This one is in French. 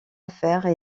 affaires